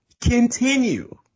continue